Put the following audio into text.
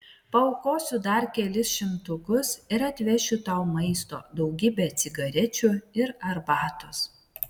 paaukosiu dar kelis šimtukus ir atvešiu tau maisto daugybę cigarečių ir arbatos